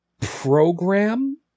program